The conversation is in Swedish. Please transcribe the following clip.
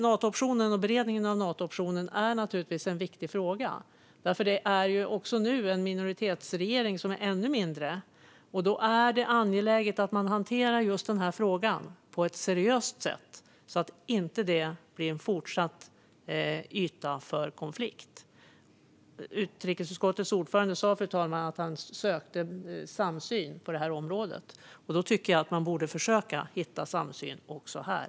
Nato-optionen och beredningen av den är naturligtvis en viktig fråga. Nu har vi en minoritetsregering som är ännu mindre, och då är det angeläget att man hanterar just den här frågan på ett seriöst sätt så att det inte blir en fortsatt yta för konflikt. Utrikesutskottets ordförande sa att han sökte samsyn på detta område, och då tycker jag att man borde försöka att hitta samsyn också här.